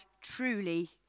truly